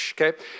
Okay